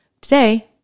today